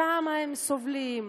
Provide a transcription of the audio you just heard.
כמה הם סובלים,